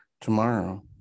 tomorrow